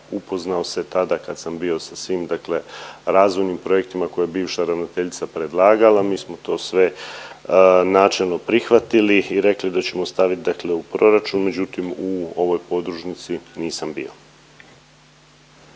upoznao se tada kad sam bio sa svim razvojnim projektima koje je bivša ravnateljica predlagala, mi smo to sve načelno prihvatili i rekli da ćemo staviti u proračun. Međutim, u ovoj podružnici nisam bio.